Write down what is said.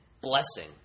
blessing